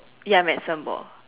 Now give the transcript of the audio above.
ya medicine ball